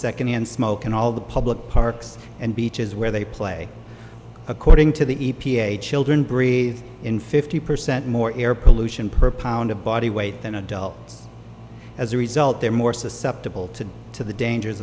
secondhand smoke and all the public parks and beaches where they play according to the e p a children breathe in fifty percent more air pollution per pound of body weight than adults as a result they're more susceptible to to the danger